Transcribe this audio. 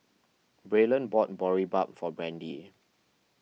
Braylen bought Boribap for Brandy